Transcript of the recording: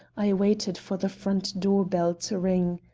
i waited for the front door bell to ring.